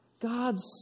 God's